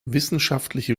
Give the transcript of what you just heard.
wissenschaftliche